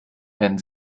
werden